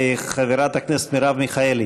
חברת הכנסת מרב מיכאלי,